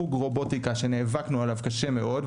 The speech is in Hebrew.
חוג רובוטיקה שנאבקנו עליו קשה מאוד,